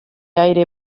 aire